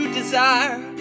desire